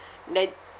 let